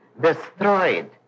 destroyed